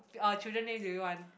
uh children name do you want